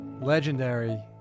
legendary